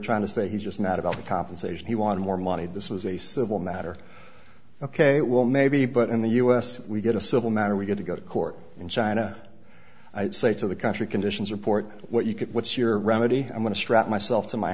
trying to say he's just not about compensation he wanted more money this was a civil matter ok well maybe but in the us we get a civil matter we get to go to court in china i say to the country conditions report what you can what's your remedy i'm going to strap myself to my